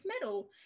medal